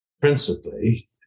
principally